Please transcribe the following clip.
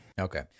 Okay